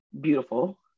beautiful